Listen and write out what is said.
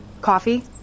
Coffee